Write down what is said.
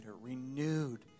renewed